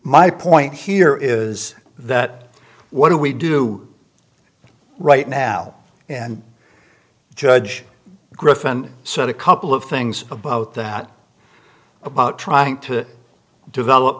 my point here is that what do we do right now and judge griffen so the couple of things about that about trying to develop